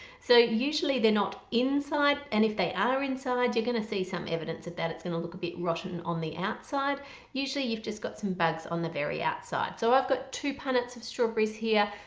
so usually they're not inside and if they are inside you're going to see some evidence of that it's going to look a bit rotten on the outside usually you've just got some bugs on the very outside so i've got two punnets of strawberries here.